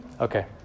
Okay